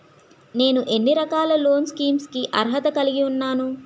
నేను ఎన్ని రకాల లోన్ స్కీమ్స్ కి అర్హత కలిగి ఉన్నాను?